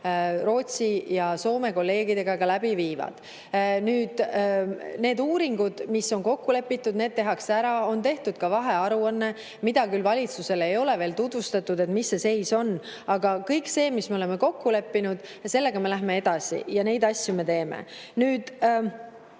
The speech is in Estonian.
Rootsi ja Soome kolleegidega ka läbi viib. Need uuringud, mis on kokku lepitud, tehakse ära. On tehtud ka vahearuanne, mida küll valitsusele ei ole veel tutvustatud, mis see seis on. Aga kõige sellega, milles me oleme kokku leppinud, me läheme edasi ja neid asju me teeme. Nüüd,